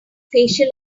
facial